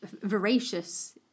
voracious